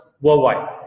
worldwide